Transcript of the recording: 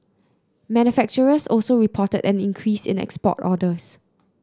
manufacturers also reported an increase in export orders